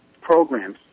programs